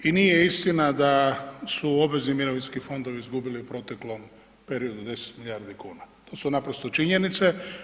I nije istina da su obvezni mirovinski fondovi izgubili u proteklom periodu 10 milijardi kuna, to su naprosto činjenice.